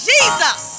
Jesus